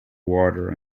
water